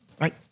right